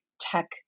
tech